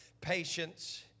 patience